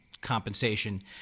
compensation